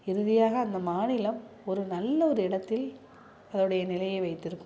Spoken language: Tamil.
இறுதியாக அந்த மாநிலம் ஒரு நல்ல ஒரு இடத்தில் அதோடைய நிலையை வைத்திருக்கும்